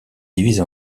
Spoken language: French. divise